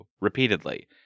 repeatedly